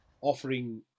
offering